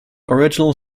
original